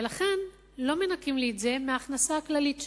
ולכן לא מנכים את זה מההכנסה הכללית שלי.